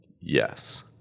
Yes